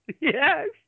Yes